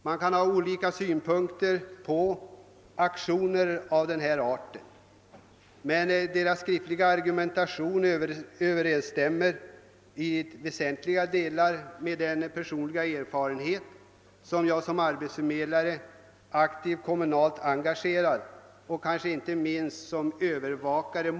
Man kan ha olika synpunkter på detta slags aktioner, men den skriftliga argumentationen hos gruppen överensstämmer i väsentliga delar med den erfarenhet jag har som kommunalt engagerad arbetsförmedlare och, inte minst, som övervakare.